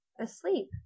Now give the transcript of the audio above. asleep